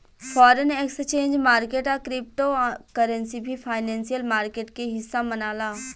foreign exchange market आ crypto currency भी financial market के हिस्सा मनाला